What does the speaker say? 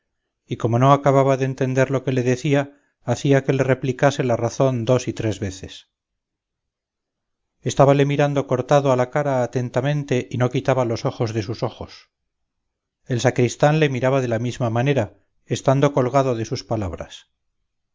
y como no acababa de entender lo que le decía hacía que le replicase la razón dos y tres veces estábale mirando cortado a la cara atentamente y no quitaba los ojos de sus ojos el sacristán le miraba de la misma manera estando colgado de sus palabras